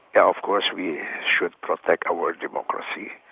yeah of course we should protect our democracy.